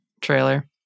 trailer